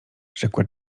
rzekła